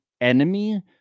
enemy